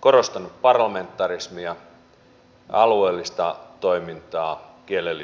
korostanut parlamentarismia alueellista toimintaa kielellistä toimintaa